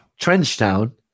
Trenchtown